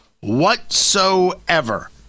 whatsoever